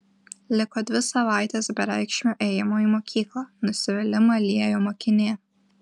liko dvi savaitės bereikšmio ėjimo į mokyklą nusivylimą liejo mokinė